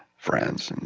friends. and